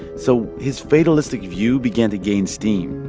so his fatalistic view began to gain steam.